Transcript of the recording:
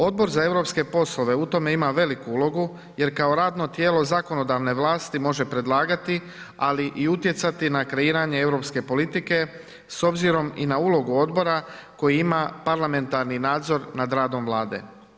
Odbor za europske poslove u tome ima veliku ulogu jer kao radno tijelo zakonodavne vlasti može predlagati, ali i utjecati na kreiranje europske politike s obzirom i na ulogu odbora koji ima parlamentarni nadzor nad radom Vlade.